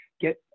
get